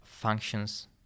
functions